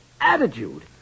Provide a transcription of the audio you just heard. Attitude